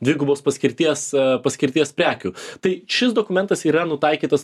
dvigubos paskirties paskirties prekių tai šis dokumentas ir yra nutaikytas